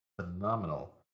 phenomenal